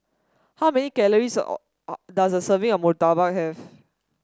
how many calories or does a serving of Murtabak have